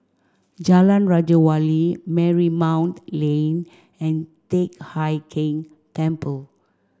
Jalan Raja Wali Marymount Lane and Teck Hai Keng Temple